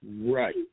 Right